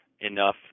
enough